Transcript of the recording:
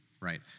Right